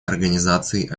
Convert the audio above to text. организации